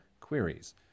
queries